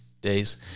days